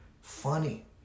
funny